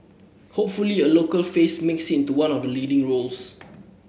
hopefully a local face makes into one of the leading roles